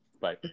Bye